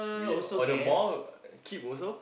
we order more cheap also